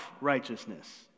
righteousness